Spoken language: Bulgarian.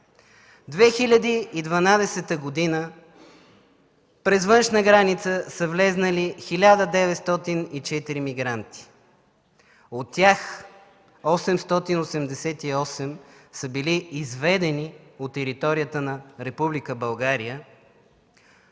2012 г. през външна граница са влезли 1904 мигранти. От тях 888 са били изведени от територията на Република България.